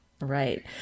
Right